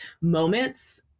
moments